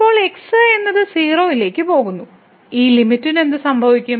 ഇപ്പോൾ x എന്നത് 0 ലേക്ക് പോകുന്നു ഈ ലിമിറ്റിന് എന്ത് സംഭവിക്കും